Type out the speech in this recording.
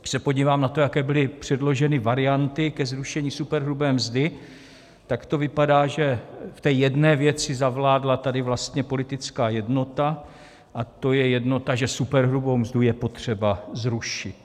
Když se podívám na to, jaké byly předloženy varianty ke zrušení superhrubé mzdy, tak to vypadá, že v té jedné věci zavládla tady vlastně politická jednota, a to je jednota, že superhrubou mzdu je potřeba zrušit.